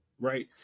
Right